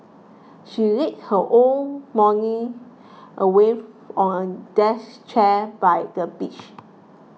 she lazed her whole morning away on a deck chair by the beach